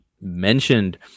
mentioned